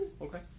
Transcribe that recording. Okay